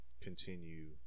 continue